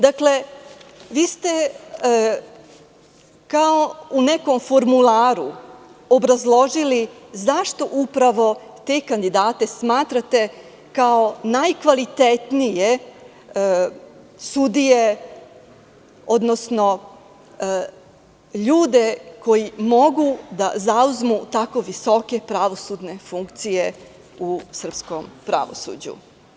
Dakle, vi ste kao u nekom formularu obrazložili zašto upravo te kandidate smatrate kao najkvalitetnije sudije, odnosno ljude koji mogu da zauzmu tako visoke pravosudne funkcije u srpskom pravosuđu.